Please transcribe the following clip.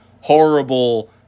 horrible